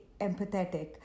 empathetic